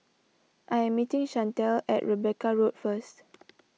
I am meeting Chantel at Rebecca Road first